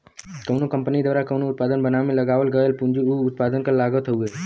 कउनो कंपनी द्वारा कउनो उत्पाद बनावे में लगावल गयल पूंजी उ उत्पाद क लागत हउवे